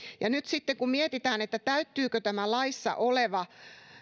ja nyt sitten kun mietitään täyttyykö tämä laissa oleva